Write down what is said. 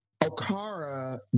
Okara